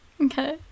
Okay